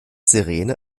sirene